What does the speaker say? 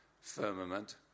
firmament